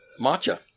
Matcha